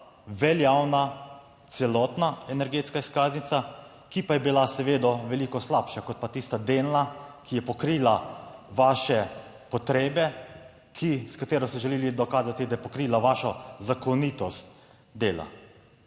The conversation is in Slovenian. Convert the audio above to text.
veljavna celotna energetska izkaznica, ki pa je bila seveda veliko slabša, kot pa tista delna, ki je pokrila vaše potrebe s katero ste želeli dokazati, da je pokrila vašo zakonitost dela.